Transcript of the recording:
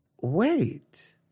wait